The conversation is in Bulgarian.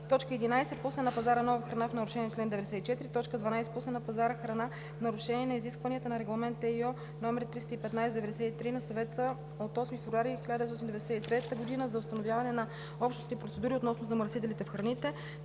и 93; 11. пусне на пазара нова храна в нарушение на чл. 94; 12. пусне на пазара храна в нарушение на изискванията на Регламент (ЕИО) № 315/93 на Съвета от 8 февруари 1993 г. за установяване на общностни процедури относно замърсителите в храните;